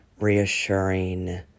reassuring